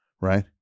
right